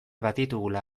baditugula